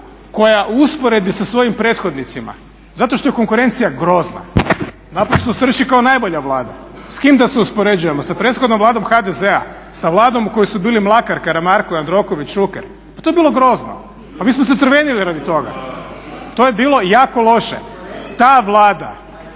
koja u usporedbi sa svojim prethodnicima, zato što je konkurencija grozna, naprosto strši kao najbolja Vlada. S kim da se uspoređujemo? Sa prethodnom Vladom HDZ-a? Sa Vladom u kojoj su bili Mlakar, Karamarko, Jandroković, Šuker? Pa to je bilo grozno. Pa mi smo se crvenili radi toga. To je bilo jako loše. Ta Vlada